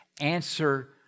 answer